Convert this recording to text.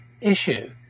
issue